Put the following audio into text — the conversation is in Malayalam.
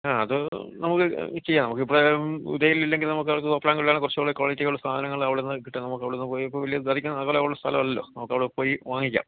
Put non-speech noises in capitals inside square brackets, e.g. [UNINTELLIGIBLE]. ആ അത് നമുക്ക് ചെയ്യാം നമുക്ക് ഇപ്പം ഉദയലില്ലെങ്കില് നമുക്ക് അതൊക്കെ തോപ്രാംകുടീലാണേൽ കുറച്ചൂടെ ക്വാളിറ്റിയൊള്ള സാധനങ്ങൾ അവിടെന്ന് കിട്ടും നമുക്ക് അവിടെന്ന് പോയി ഇപ്പം വലിയ [UNINTELLIGIBLE] അകലം ഉള്ള സ്ഥലമല്ലല്ലോ നമുക്ക് അവിടെ പോയി വാങ്ങിക്കാം